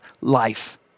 life